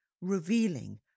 revealing